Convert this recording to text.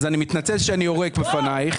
אני מתנצל שאני יורק בפנייך.